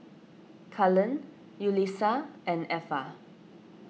Cullen Yulissa and Effa